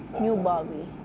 knew bobby